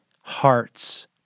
hearts